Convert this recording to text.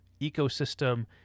ecosystem